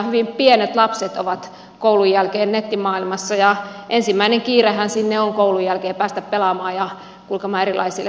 hyvin pienet lapset ovat koulun jälkeen nettimaailmassa ja ensimmäinen kiirehän sinne on koulun jälkeen päästä pelaamaan ja kulkemaan erilaisille sivuille